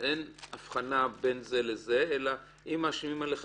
אין אבחנה בין זה לזה אלא אם מאשימים על אחד,